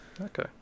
Okay